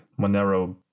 Monero